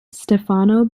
stefano